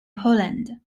poland